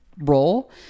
role